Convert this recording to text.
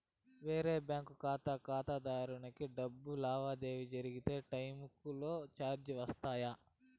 వేరొక బ్యాంకు ఖాతా ఖాతాదారునికి డబ్బు లావాదేవీలు జరిగే టైములో చార్జీలు వర్తిస్తాయా?